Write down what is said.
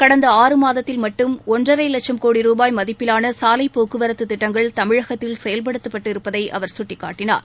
கடந்த ஆறு மாதத்தில் மட்டும் ஒன்றரை லட்சம் கோடி ரூபாய் மதிப்பவான சாலை போக்குவரத்துத் திட்டங்கள் தமிழகத்தில் செயல்படுத்தப்பட்டு இருப்பதை அவர் சுட்டிக்காட்டினார்